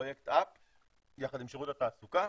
פרויקטUPיחד עם שירות התעסוקה,